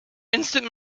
instant